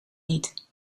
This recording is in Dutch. niet